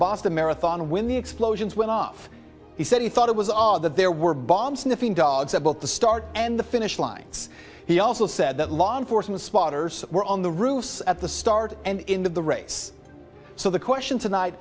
boston marathon when the explosions went off he said he thought it was odd that there were bomb sniffing dogs at both the start and the finish line he also said that law enforcement spotters were on the roofs at the star and into the race so the question tonight